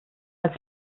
als